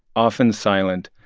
often silent,